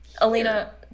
Alina